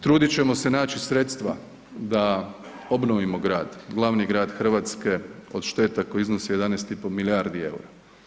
Trudit ćemo se naći sredstva da obnovimo grad, glavni grad Hrvatske od šteta koje iznosi 11,5 milijardi eura.